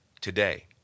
today